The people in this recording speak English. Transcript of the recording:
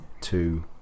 two